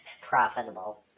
profitable